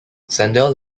sandel